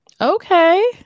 Okay